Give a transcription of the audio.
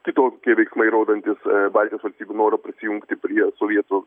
kitokie veiksmai įrodantys baltijos valstybių norą prisijungti prie sovietų